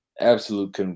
Absolute